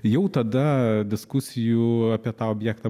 jau tada diskusijų apie tą objektą